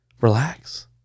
Relax